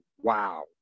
wow